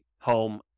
home